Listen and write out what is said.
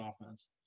offense